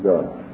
God